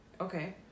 Okay